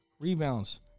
rebounds